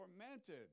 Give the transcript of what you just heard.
tormented